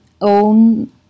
own